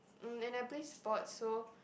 mm I play sports so